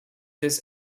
this